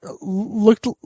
looked